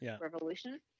revolution